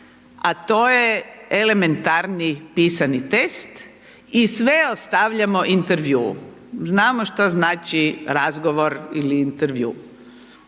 a to je elementarni pisani test i sve ostavljamo intervjuu. Znamo šta znači razgovor ili intervju.